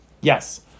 Yes